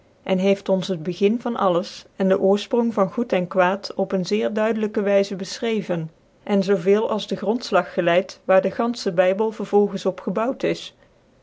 cn heeft ons het begin van alles cn dc oorfpronk van goed cn kwaad op een zeer duidclykc wyzc bcfchrecvcn cn zoo veel als de grondflag geleid waar dc gantfehc bybcl vervolgens op gebout is